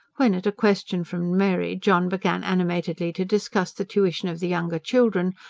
when at a question from mary john began animatedly to discuss the tuition of the younger children,